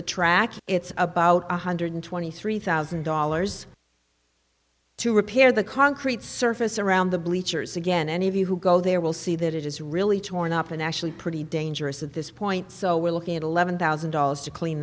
the track it's about one hundred twenty three thousand dollars to repair the concrete surface around the bleachers again any of you who go there will see that it is really torn up and actually pretty dangerous at this point so we're looking at eleven thousand dollars to clean